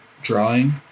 drawing